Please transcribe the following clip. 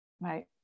Right